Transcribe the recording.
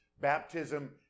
baptism